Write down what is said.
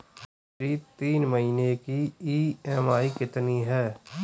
मेरी तीन महीने की ईएमआई कितनी है?